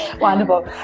Wonderful